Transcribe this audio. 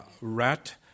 Rat